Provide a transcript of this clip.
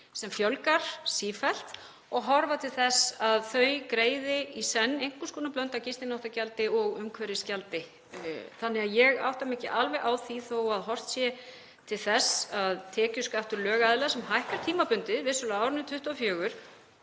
sem fjölgar sífellt og horfa til þess að þau greiði í senn einhvers konar blöndu af gistináttagjaldi og umhverfisgjaldi. Þannig að ég átta mig ekki alveg á því þó að horft sé til þess að tekjuskattur lögaðila, sem hækkar vissulega á árinu 2024